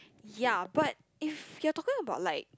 ya but if you're talking about like